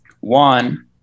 one